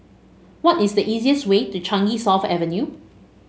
what is the easiest way to Changi South Avenue